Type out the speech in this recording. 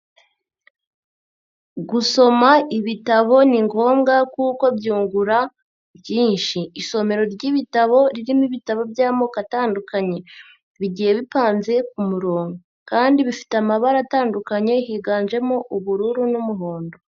Gusoma ibitabo ni ngombwa kuko byungura byinshi, isomero ry'ibitabo ririmo ibitabo by'amoko atandukanye bigiye bipanze umurongo, kandi bifite amabara atandukanye higanjemo ubururu n'umuhondo.